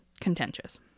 contentious